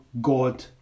God